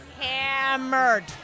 Hammered